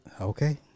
okay